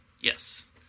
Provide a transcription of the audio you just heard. Yes